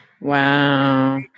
Wow